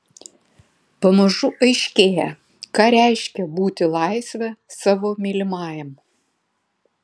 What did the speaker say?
pamažu aiškėja ką reiškia būti laisve savo mylimajam